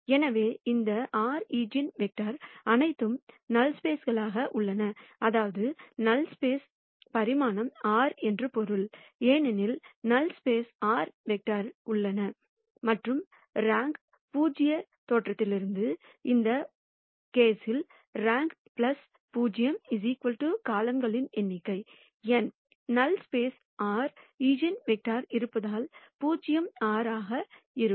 எனவே இந்த r ஈஜென்வெக்டர்கள் அனைத்தும் நல் ஸ்பேஸ்உள்ளன அதாவது நல் ஸ்பேஸ் பரிமாணம் r என்று பொருள் ஏனெனில் நல் ஸ்பேஸ் r வெக்டர்ஸ் உள்ளன மற்றும் ரேங்க் பூஜ்ய தேற்றத்திலிருந்து இந்த வழக்கில் ரேங்க் பூஜ்யம் காலம்கள்களின் எண்ணிக்கை n நல் ஸ்பேஸ்r ஈஜென்வெக்டர்கள் இருப்பதால் பூஜ்யம் r ஆகும்